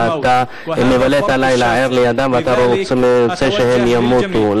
ואתה מבלה את הלילה ער לידם ואתה רוצה שהם ימותו.